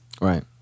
Right